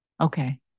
okay